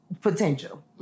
potential